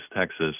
Texas